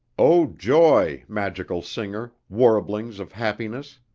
o joy! magical singer, warblings of happiness!